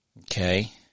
Okay